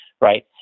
Right